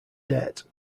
debt